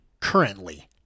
currently